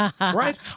Right